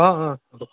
অঁ অঁ হ'ব